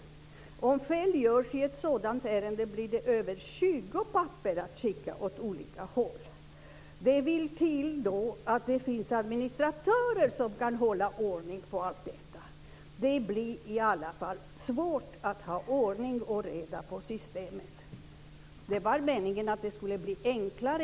Om fel görs i ett sådant ärende blir det över 20 papper att skicka åt olika håll. Det vill till att det finns administratörer som kan hålla ordning på allt detta. Det blir i alla fall svårt att ha ordning och reda i systemet. Visst var det meningen att det skulle bli enklare,